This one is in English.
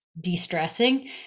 de-stressing